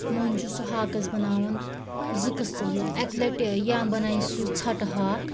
مٔنٛزۍ چھُ سُہ ہاکَس بناوان زٕ قٕسٕم اَکہِ لَٹہِ یا بنایہِ سُہ ژھٹہٕ ہاک